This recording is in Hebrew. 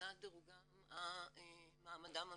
מבחינת מעמדם המקצועי,